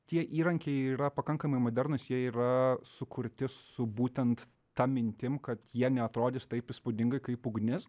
tie įrankiai yra pakankamai modernūs jie yra sukurti su būtent ta mintim kad jie neatrodys taip įspūdingai kaip ugnis